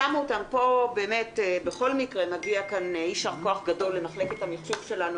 שמו אותם פה בכל מקרה מגיע כאן יישר כוח גדול למחלקת המחשוב שלנו.